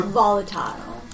volatile